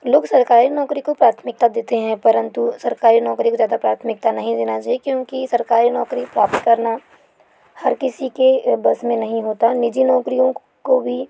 लोग सरकारी नौकरी को प्राथमिकता देते हैं परंतु सरकारी नौकरी को ज़्यादा प्राथमिकता नहीं देना चाहिए क्योंकि सरकारी नौकरी प्राप्त करना हर किसी के बस में नहीं होता निजी नौकरियों को भी